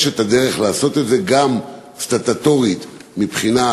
יש דרך לעשות את זה גם סטטוטורית, מבחינת